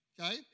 okay